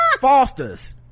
Fosters